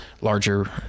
larger